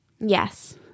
Yes